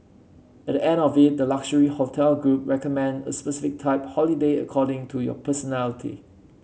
at the end of it the luxury hotel group recommend a specific type holiday according to your personality